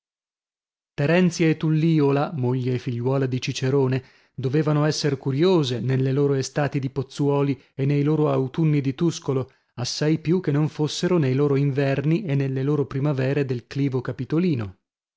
terenzia e tulliola moglie e figliuola di cicerone dovevano esser curiose nelle loro estati di pozzuoli e nei loro autunni di tuscolo assai più che non fossero nei loro inverni e nelle loro primavere del clivo capitolino